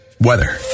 weather